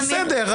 הכול בסדר.